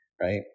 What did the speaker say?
right